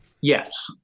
Yes